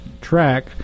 track